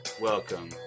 Welcome